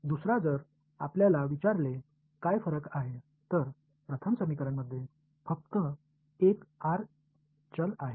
दुसरा जर आपल्याला विचारले काय फरक आहे तर प्रथम समीकरणमध्ये फक्त एक चल आर आहे